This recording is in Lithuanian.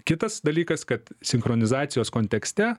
kitas dalykas kad sinchronizacijos kontekste